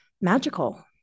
magical